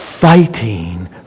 fighting